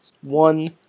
one